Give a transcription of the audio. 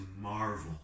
marvel